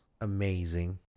amazing